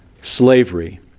slavery